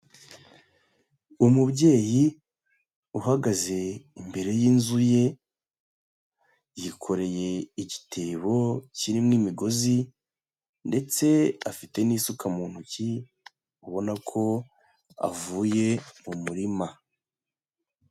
Umubyeyi uhagaze imbere y'inzu ye, yikoreye igitebo kirimo imigozi ndetse afite n'isuka mu ntoki, ubona ko avuye mu murima.